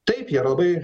taip jie labai